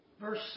Verse